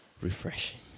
refreshing